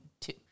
two